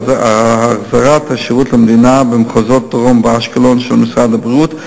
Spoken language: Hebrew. החזרת השירות למדינה במחוזות דרום ואשקלון של משרד הבריאות,